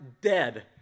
dead